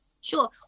sure